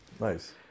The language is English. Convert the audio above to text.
Nice